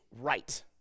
right